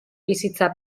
bizitza